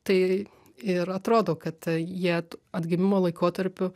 tai ir atrodo kad jie atgimimo laikotarpiu